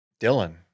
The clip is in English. Dylan